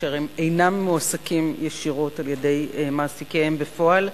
אשר אינם מועסקים ישירות על-ידי מעסיקיהם בפועל,